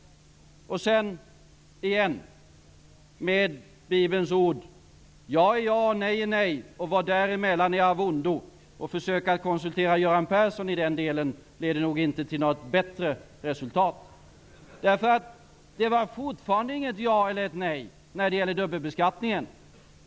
Återigen, med Bibelns ord: Ja är ja och nej är nej, och vad där emellan är är av ondo. Att försöka konsultera Göran Persson i den delen leder nog inte till något bättre resultat. Det är ju fortfarande inget ja eller nej när det gäller dubbelbeskattningen.